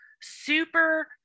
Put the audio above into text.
super